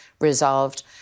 resolved